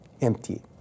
empty